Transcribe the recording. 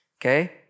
okay